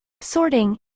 sorting